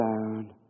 down